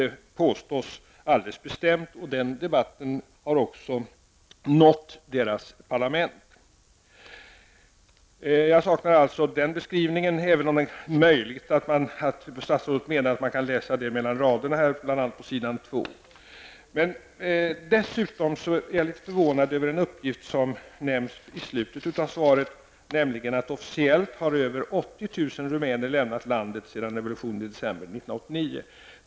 Det påstås alldeles bestämt -- och den debatten har också nått Jag saknar alltså den beskrivningen, även om det är möjligt att statsrådet menar att man kan läsa detta mellan raderna i svaret. Dessutom är jag litet förvånad över en uppgift i slutet av svaret: ''Officiellt har över 80 000 rumäner lämnat landet sedan revolutionen i december 1989.